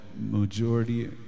Majority